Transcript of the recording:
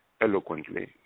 eloquently